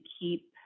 keep